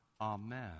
Amen